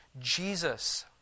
Jesus